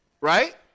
Right